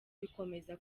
bikomeza